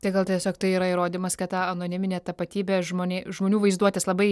tai gal tiesiog tai yra įrodymas kad ta anoniminė tapatybė žmonėm žmonių vaizduotės labai